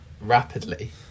rapidly